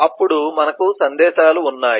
అప్పుడు మనకు సందేశాలు ఉన్నాయి